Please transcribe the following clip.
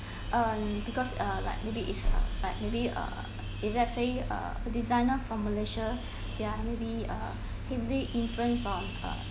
um because uh like maybe it's uh like maybe err if let's say you a designer from malaysia ya maybe uh heavily influence on uh